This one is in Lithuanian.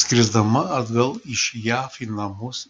skrisdama atgal iš jav į namus